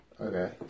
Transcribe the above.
Okay